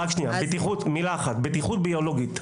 רק מילה אחת לגבי בטיחות ביולוגית.